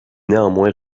néanmoins